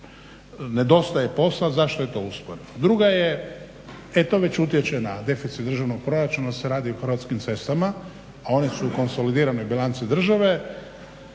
nedostaje posla zašto je to usporeno. Druga je e to već utječe na deficit državnog proračuna jer se radi o Hrvatskim cestama a one su u konsolidiranoj bilanci države